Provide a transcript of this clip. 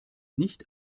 nicht